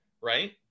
right